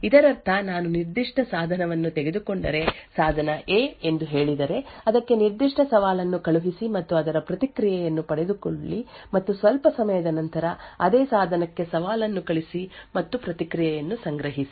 ಇದರರ್ಥ ನಾನು ನಿರ್ದಿಷ್ಟ ಸಾಧನವನ್ನು ತೆಗೆದುಕೊಂಡರೆ ಸಾಧನ ಎ ಎಂದು ಹೇಳಿದರೆ ಅದಕ್ಕೆ ನಿರ್ದಿಷ್ಟ ಸವಾಲನ್ನು ಕಳುಹಿಸಿ ಮತ್ತು ಅದರ ಪ್ರತಿಕ್ರಿಯೆಯನ್ನು ಪಡೆದುಕೊಳ್ಳಿ ಮತ್ತು ಸ್ವಲ್ಪ ಸಮಯದ ನಂತರ ಅದೇ ಸಾಧನಕ್ಕೆ ಸವಾಲನ್ನು ಕಳುಹಿಸಿ ಮತ್ತು ಪ್ರತಿಕ್ರಿಯೆಯನ್ನು ಸಂಗ್ರಹಿಸಿ